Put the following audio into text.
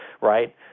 right